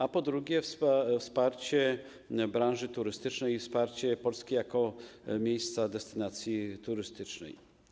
A po drugie, wsparcie branży turystycznej i wsparcie Polski jako miejsca destynacji turystycznej.